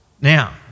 Now